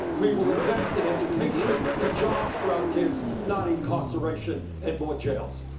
we will invest in education, and jobs for our kids, not incarceration and more jails.